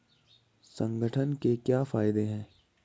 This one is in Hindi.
संगठन के क्या फायदें हैं?